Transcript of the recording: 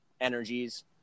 energies